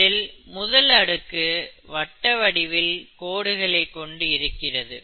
இதில் முதல் அடுக்கு வட்ட வடிவில் கோடுகளைக் கொண்டு இருக்கிறது